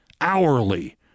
hourly